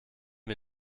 wir